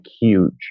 huge